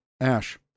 Ash